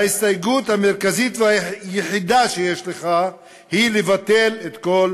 ההסתייגות המרכזית והיחידה שיש לך היא לבטל את כל